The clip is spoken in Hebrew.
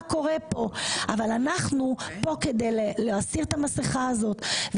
קורה כאן אבל אנחנו כאן כדי להסיר את המסכה הזאת.